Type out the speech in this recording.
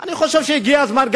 אני חושב שהגיע הזמן.